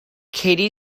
katie